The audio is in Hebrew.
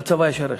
לצבא יש ערך.